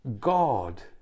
God